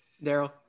Daryl